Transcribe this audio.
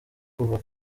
kuva